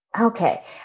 Okay